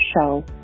show